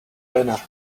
banner